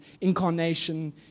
incarnation